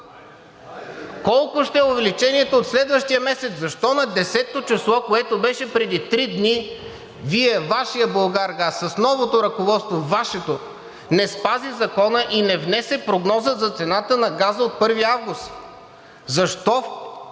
Колко ще е увеличението от следващия месец?! Защо на десето число, което беше преди три дни, Вие, Вашият „Булгаргаз“ с новото ръководство – Вашето, не спази закона и не внесе прогноза за цената на газа от 1 август? Защо